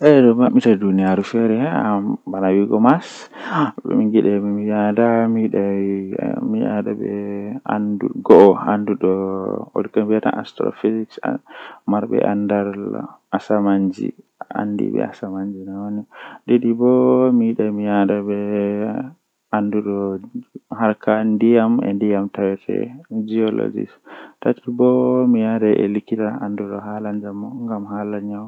Arandewol kam mi wiyan mo o tokka nyamugo haakooji ledde ledde o tokka nyamugo ledde taa otokka nyamugo hundeeji be sorata haa shagooji jei bendata lawlaw do wadan dum naa nyamdu jei beddinda goddo njamu ngamman o tokka nyamugo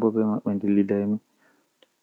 haakooji ledde